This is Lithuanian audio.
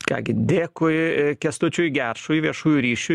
ką gi dėkui kęstučiui gešui viešųjų ryšių